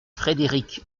frédéric